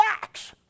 facts